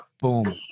Boom